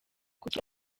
kuki